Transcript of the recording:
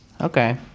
Okay